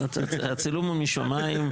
הצילום הוא משמיים,